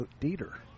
Dieter